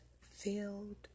filled